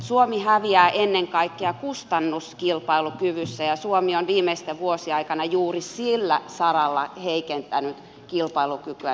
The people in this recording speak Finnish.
suomi häviää ennen kaikkea kustannuskilpailukyvyssä ja suomi on viimeisten vuosien aikana juuri sillä saralla heikentänyt kilpailukykyänsä